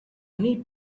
needed